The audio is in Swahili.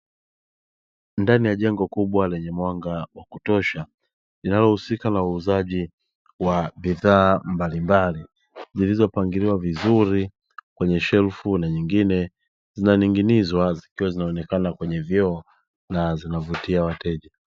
Ndani ya jengo kubwa lenye mwanga wa kutosha, linalohusika na uuzaji wa bidhaa mbalimbali, zilizopangiliwa vizuri kwenye shelfu na nyingine zinaning'inizwa, zikiwa zinaonekana kwenye vioo na zinavutia wateja.